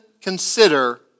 consider